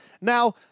Now